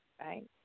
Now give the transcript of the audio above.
right